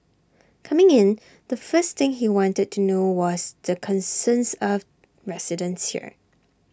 coming in the first thing he wanted to know was the concerns of residents here